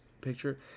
picture